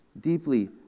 Deeply